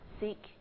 seek